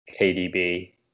KDB